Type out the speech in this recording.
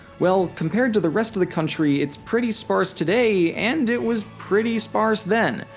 well, compared to the rest of the country, it's pretty sparse today, and it was pretty sparse then.